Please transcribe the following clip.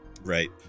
Right